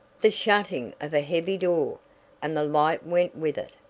the shutting of a heavy door and the light went with it,